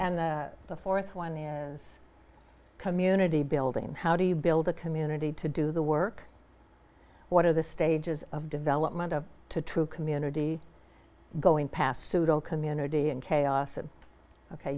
and the th one is community building how do you build a community to do the work what are the stages of development of to true community going past pseudo community and chaos